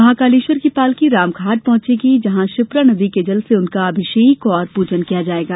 महाकालेष्वर की पालकी रामघाट पहंचेगी जहां क्षिप्रा नदी के जल से उनका अभिषेक और पूजन किया जाएगा